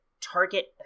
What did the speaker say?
target